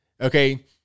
Okay